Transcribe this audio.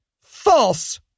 false